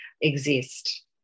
exist